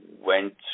went